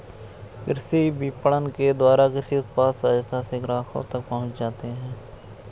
कृषि विपणन के द्वारा कृषि उत्पाद सहजता से ग्राहकों तक पहुंच जाते हैं